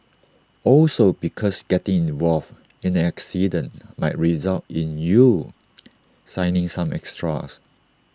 also because getting involved in an incident might result in you signing some extras